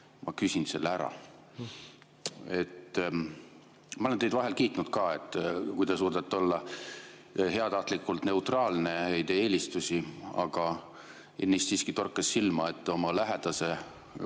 küsin selle ära. Ma olen teid vahel kiitnud ka, kui te suudate olla heatahtlikult neutraalne, ei tee eelistusi, aga enne torkas silma, et oma lähedase